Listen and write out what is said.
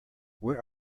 where